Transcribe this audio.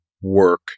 work